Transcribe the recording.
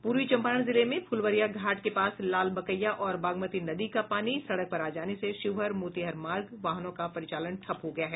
पूर्वी चंपारण जिले में फुलवरिया घाट के पास लालबकैया और बागमती नदी का पानी सड़क पर आ जाने से शिवहर मोतिहारी मार्ग पर वाहनों का परिचालन ठप्प हो गया है